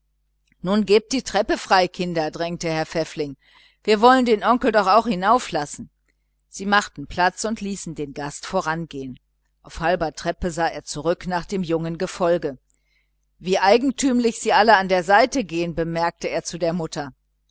nun gebt die treppe frei kinder drängte herr pfäffling wir wollen den onkel doch auch hinauf lassen sie machten platz und ließen den gast voran gehen auf halber treppe sah er zurück nach dem jungen gefolge wie komisch sie alle an der seite gehen bemerkte er zu der mutter